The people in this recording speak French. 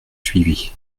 suivis